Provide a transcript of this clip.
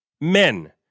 Men